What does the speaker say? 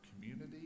community